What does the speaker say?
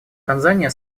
танзания